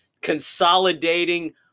consolidating